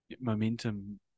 momentum